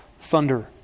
thunder